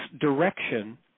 direction